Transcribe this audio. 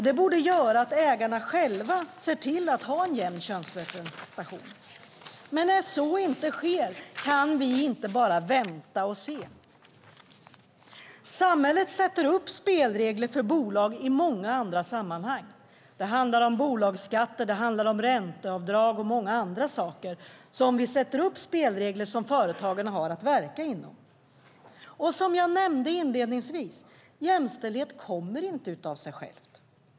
Det borde göra att ägarna själva ser till att ha en jämn könsrepresentation. Men när så inte sker kan vi inte bara vänta och se. Samhället sätter upp spelregler för bolag i många andra sammanhang. Det handlar om bolagsskatter, ränteavdrag och mycket annat där vi sätter upp spelregler som företagen har att verka inom. Som jag nämnde inledningsvis: Jämställdhet kommer inte av sig själv.